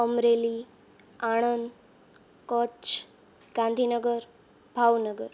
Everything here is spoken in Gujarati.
અમરેલી આણંદ કચ્છ ગાંધીનગર ભાવનગર